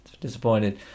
Disappointed